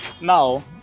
Now